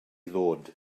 ddod